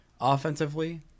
Offensively